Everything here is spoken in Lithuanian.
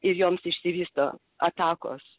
ir joms išsivysto atakos